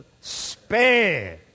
Spare